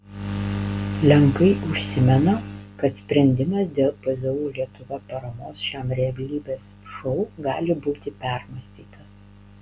lenkai užsimena kad sprendimas dėl pzu lietuva paramos šiam realybės šou gali būti permąstytas